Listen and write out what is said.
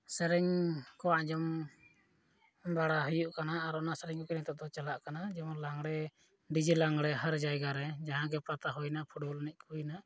ᱥᱮᱨᱮᱧ ᱠᱚ ᱟᱸᱡᱚᱢ ᱵᱟᱲᱟ ᱦᱩᱭᱩᱜ ᱠᱟᱱᱟ ᱟᱨ ᱚᱱᱟ ᱥᱮᱨᱮᱧ ᱠᱚ ᱱᱤᱛᱳᱜ ᱫᱚ ᱪᱟᱞᱟᱜ ᱠᱟᱱᱟ ᱡᱮᱢᱚᱱ ᱞᱟᱜᱽᱬᱮ ᱰᱤᱡᱮ ᱞᱟᱜᱽᱬᱮ ᱦᱟᱨ ᱡᱟᱭᱜᱟ ᱨᱮ ᱡᱟᱦᱟᱸᱜᱮ ᱯᱟᱛᱟ ᱦᱩᱭᱱᱟ ᱯᱷᱩᱴᱵᱚᱞ ᱮᱱᱮᱡ ᱠᱚ ᱦᱩᱭᱱᱟ